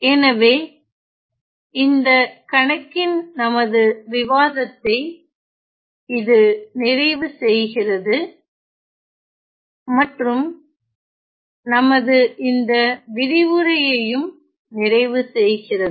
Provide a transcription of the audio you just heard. எனவே இந்த கணக்கின் நமது விவாதத்தை இது நிறைவு செய்கிறது மற்றும் நமது இந்த விரிவுரையையும் நிறைவு செய்கிறது